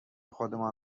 خودمان